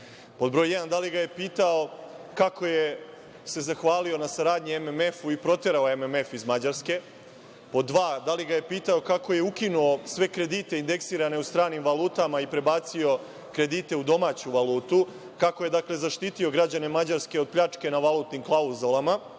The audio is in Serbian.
da li ga je pitao kako se zahvalio na saradnji MMF i proterao je MMF iz Mađarske? Pod dva, da li ga je pitao kako je ukinuo sve kredite indeksirane u stranim valutama i prebacio kredite u domaću valutu? Kako je dakle, zaštitio građane Mađarske od pljačke na valutnim klauzulama